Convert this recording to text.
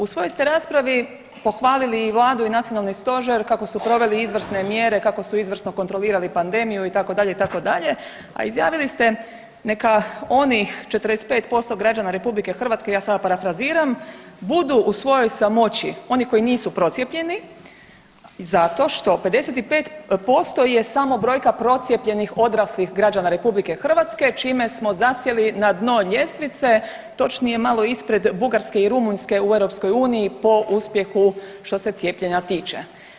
U svojoj ste raspravi pohvalili i Vladu i nacionalni stožer kako su proveli izvrsne mjere, kako su izvrsno kontrolirali pandemiju itd., itd., a izjavili ste neka oni 45% građana RH, ja sada parafraziram, budu u svojoj samoći, oni koji nisu procijepljeni, zato što 55% je samo brojka procijepljenih odraslih građana RH čime smo zasjeli na dno ljestvice, točnije malo ispred Bugarske i Rumunjske u EU po uspjehu što se cijepljenja tiče.